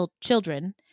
children